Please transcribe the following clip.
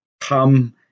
come